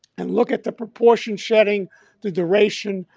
and look at the proportion shedding the duration,